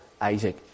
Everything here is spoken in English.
Isaac